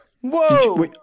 whoa